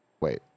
wait